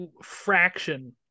fraction